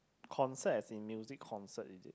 concept as in music concert is it